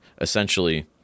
essentially